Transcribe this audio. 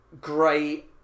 great